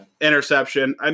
Interception